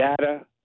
data